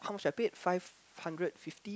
how much I pay five hundred fifty